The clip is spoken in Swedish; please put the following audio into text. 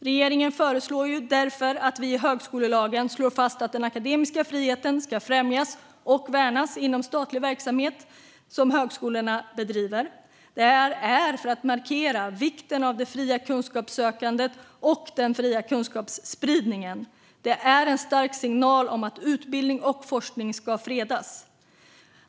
Regeringen föreslår därför att vi i högskolelagen slår fast att den akademiska friheten ska främjas och värnas inom samtlig verksamhet som högskolorna bedriver - detta för att markera vikten av det fria kunskapssökandet och den fria kunskapsspridningen. Det är en stark signal om att utbildning och forskning ska fredas.